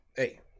Hey